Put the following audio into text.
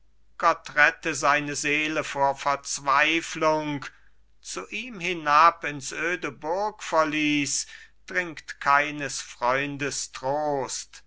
gott rette seine seele vor verzweiflung zu ihm hinab ins öde burgverlies dringt keines freundes trost